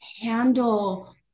handle